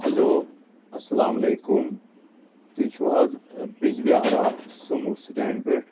hello اَسلام علیکُم تُہۍ چھِو حظ بیٚجبہارا سومو سِٹینٛڈ پٮ۪ٹھ